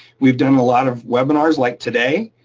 we've done a lot of webinars like today,